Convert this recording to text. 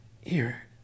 Here